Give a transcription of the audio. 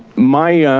my ah